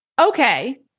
okay